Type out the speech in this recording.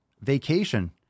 vacation